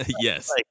Yes